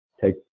take